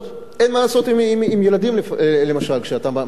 אין מה לעשות למשל כשאתה מגיע לשם.